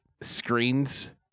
screens